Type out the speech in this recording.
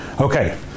Okay